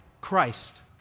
Christ